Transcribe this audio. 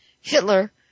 Hitler